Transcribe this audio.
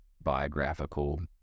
biographical